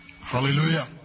Hallelujah